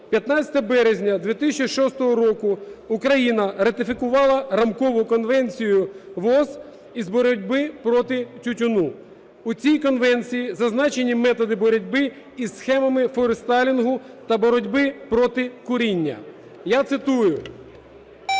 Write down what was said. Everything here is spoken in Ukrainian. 15 березня 2006 року Україна ратифікувала Рамкову конвенцію ВООЗ із боротьби проти тютюну. У цій конвенції зазначені методи боротьби із схемами форестелінгу та боротьби проти куріння. Я цитую.